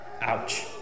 Ouch